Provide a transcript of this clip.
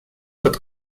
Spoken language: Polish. pod